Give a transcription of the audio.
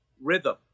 rhythm